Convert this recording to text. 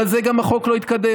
בגלל זה גם החוק לא התקדם.